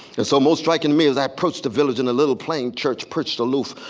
and so most striking to me as i approached the village and a little plain church perched aloof,